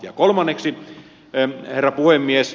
ja kolmanneksi herra puhemies